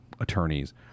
attorneys